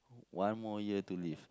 one more year to live